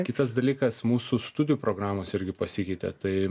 kitas dalykas mūsų studijų programos irgi pasikeitė tai